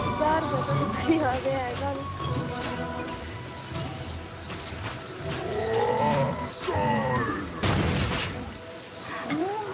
ज्हार रपेआ तोड़ी बनी जाह्ग ते ऐह्